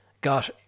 got